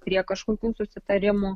prie kažkokių susitarimų